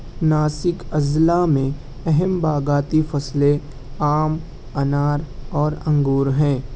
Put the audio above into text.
ناسک اضلاع میں اہم باغاتی فصلیں آم انار اور انگور ہیں